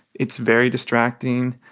it's very distracting.